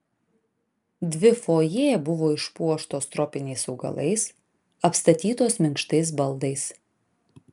dvi fojė buvo išpuoštos tropiniais augalais apstatytos minkštais baldais